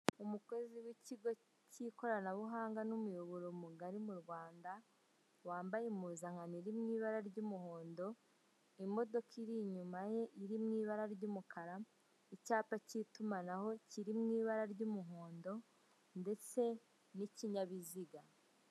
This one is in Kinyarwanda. Umukozi w'ikigo cy'ikoranabuhanga n'umuyoboro mugari mu Rwanda wambaye impuzankano iri mu ibara ry'umuhondo, imodoka iri inyuma ye iri mu ibara ry'umukara, icyapa cy'itumanaho kiri mu ibara ry'umuhondo ndetse n'ikinyabiziga.